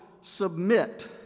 submit